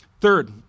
Third